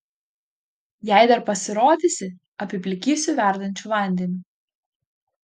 jei dar pasirodysi apiplikysiu verdančiu vandeniu